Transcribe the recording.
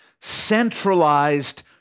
centralized